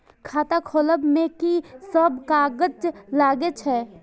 खाता खोलब में की सब कागज लगे छै?